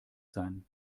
sein